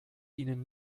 ihnen